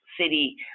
city